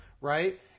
right